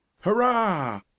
hurrah